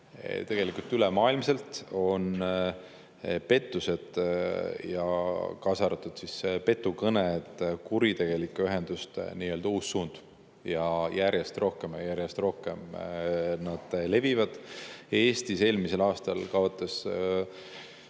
tegelikult ülemaailmselt on pettused, kaasa arvatud petukõned, kuritegelike ühenduste nii-öelda uus suund. Järjest rohkem ja rohkem nad levivad. Eestis eelmisel aastal kaotas